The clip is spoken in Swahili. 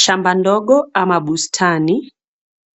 Shamba ndogo ama bustani